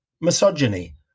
misogyny